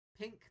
pink